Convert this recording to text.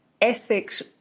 ethics